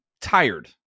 tired